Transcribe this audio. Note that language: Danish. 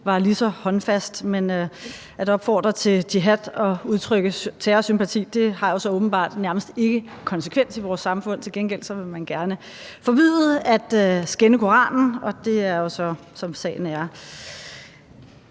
var lige så håndfast, men at opfordre til jihad og udtrykke terrorsympati har jo så åbenbart nærmest ikke nogen konsekvens i vores samfund. Til gengæld vil man gerne forbyde at skænde Koranen, og det er jo så, som sagen er.